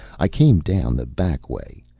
i came down the back way,